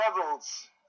levels